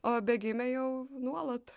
o bėgime jau nuolat